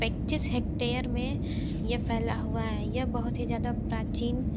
पच्चीस हेक्टेयर मैं ये फैला हुआ है ये बहुत ही ज़्यादा प्राचीन